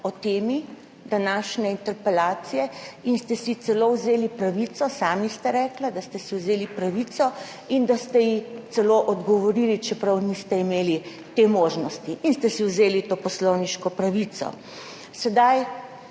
o temi današnje interpelacije in ste si celo vzeli pravico, sami ste rekli, da ste si vzeli pravico in da ste ji celo odgovorili, čeprav niste imeli te možnosti in ste si vzeli to poslovniško pravico. Sedaj,